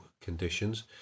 conditions